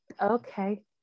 Okay